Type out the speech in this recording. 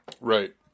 Right